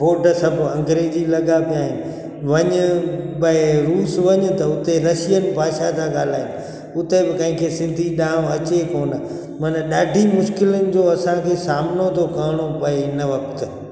board सभु अग्रेजी लॻापिया आहिनि वञ बई रूस वञ त हुते रशियन भाषा ता ॻाल्हायनि हुते बि कैंखे सिंधी ना अचे कोन मतिलबु ॾाढी मुश्किलिन जो असांखे सामनो तो करिणो पये हिन वक्